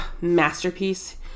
masterpiece